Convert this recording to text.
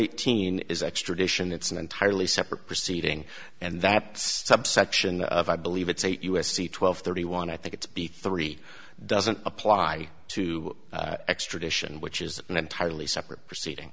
eighteen is extradition it's an entirely separate proceeding and that subsection of i believe it's eight u s c twelve thirty one i think it's b three doesn't apply to extradition which is an entirely separate proceeding